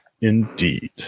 indeed